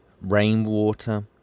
rainwater